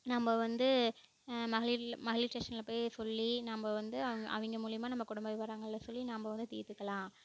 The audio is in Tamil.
நம்ம வந்து மகளிர் மகளிர் ஸ்டேஷனில் போய் சொல்லி நம்ம வந்து அவங்க அவங்க மூலிமா நம்ம குடும்ப விவரங்களை சொல்லி நம்ம வந்து தீர்த்துக்கலாம்